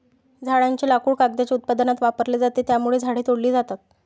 झाडांचे लाकूड कागदाच्या उत्पादनात वापरले जाते, त्यामुळे झाडे तोडली जातात